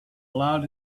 allowed